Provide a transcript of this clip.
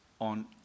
on